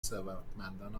ثروتمندان